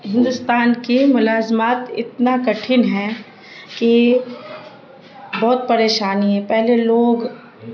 ہندوستان کی ملازمات اتنا کٹھن ہے کہ بہت پریشانی ہے پہلے لوگ